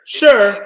sure